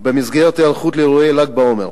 במסגרת היערכות לאירועי ל"ג בעומר,